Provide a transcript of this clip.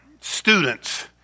students